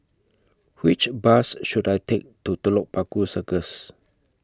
Which Bus should I Take to Telok Paku Circus